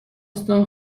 استان